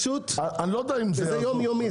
אני לא יודע אם זה יעזור.